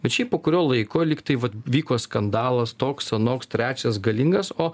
bet šiaip po kurio laiko lyg tai vat vyko skandalas toks anoks trečias galingas o